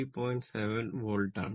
7 volt ആണ്